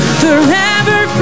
forever